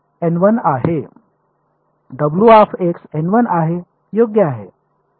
आहे योग्य आहे